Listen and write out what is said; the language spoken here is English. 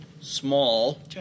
Small